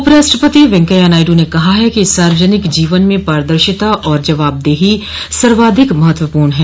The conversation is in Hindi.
उपराष्ट्रपति वेंकैया नायडू ने कहा है कि सार्वजनिक जीवन में पारदर्शिता और जवाबदेही सर्वाधिक महत्वपूर्ण हैं